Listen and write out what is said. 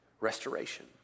restoration